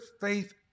faith